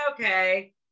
okay